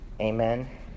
Amen